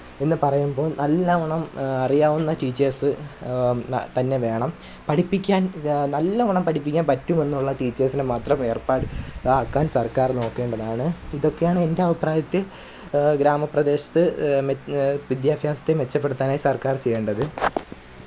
എന്ന് പറയുമ്പോൾ നല്ലോണം അറിയാവുന്ന ടീച്ചേഴ്സ് തന്നെ വേണം പഠിപ്പിക്കാൻ നല്ലോണം പഠിപ്പിക്കാൻ പറ്റുമെന്നുള്ള ടീച്ചേഴ്സിനെ മാത്രം ഏർപ്പാട് ആക്കാൻ സർക്കാർ നോക്കേണ്ടതാണ് ഇതൊക്കെ ആണ് എൻ്റെ അഭിപ്രായത്തിൽ ഗ്രാമപ്രദേശത്ത് വിദ്യാഭ്യാസത്തെ മെച്ചപ്പെടുത്താനായി സർക്കാർ ചെയ്യേണ്ടത്